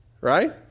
right